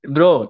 Bro